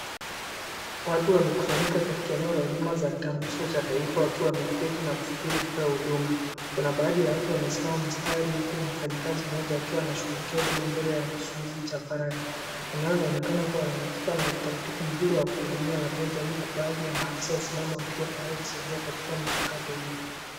Watu wamekusanyika katika huduma za kitambulisho wakisubiri kupewa huduma. Kuna watu wamesimama mstari huku mfanyakazi akiwa anashughulikia mbele ya kizuizi cha faragha. Eneo linaonekana kuwa na ratiba nzuri ya kuhudumia wateja huku baadhi ya afisa wa usalama wakiwa tayari kusaidia katika mchakato huo.